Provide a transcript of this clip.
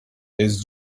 his